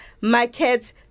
market